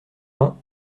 vingts